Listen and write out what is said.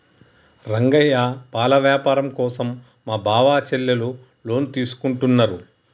రంగయ్య పాల వ్యాపారం కోసం మా బావ చెల్లెలు లోన్ తీసుకుంటున్నారు